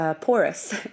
Porous